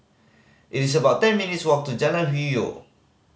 it's about ten minutes' walk to Jalan Hwi Yoh